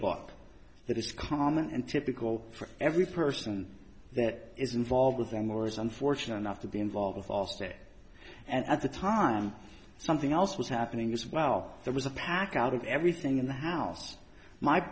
bought that is common and typical for every person that is involved with them or is unfortunate enough to be involved with allstate and at the time something else was happening as well there was a pack out of everything in the house my